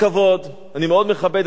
אני מאוד מכבד את המחווה שלך,